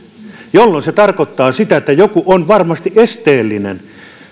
tällöin se tarkoittaa sitä että joku on varmasti esteellinen